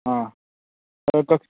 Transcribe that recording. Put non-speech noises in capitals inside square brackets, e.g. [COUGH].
ꯑꯥ [UNINTELLIGIBLE]